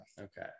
okay